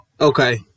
Okay